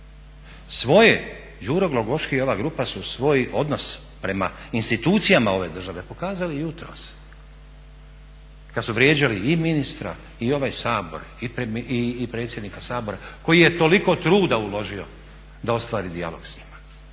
Svoje Đuro Glogoški i ova grupa su svoj odnos prema institucijama ove države pokazali jutros kada su vrijeđali i ministra i ovaj Sabor i predsjednika Sabora koji je toliko truda uložio da ostvari dijalog s njima.